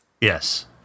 Yes